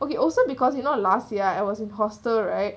okay also because you know last year I was in hostel right